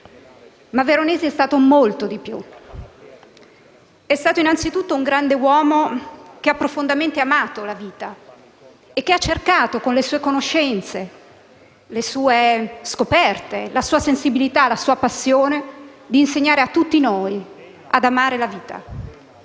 Ma Veronesi è stato molto di più: è stato, innanzitutto, un grande uomo che ha profondamente amato la vita e che ha cercato, con le sue conoscenze, le sue scoperte, la sua sensibilità e la sua passione, di insegnare a tutti noi ad amare la vita,